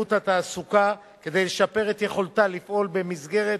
שירות התעסוקה כדי לשפר את יכולתה לפעול במסגרת